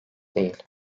değil